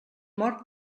mort